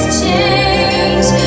change